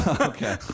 Okay